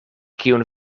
kiun